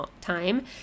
time